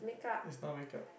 is not makeup